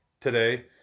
today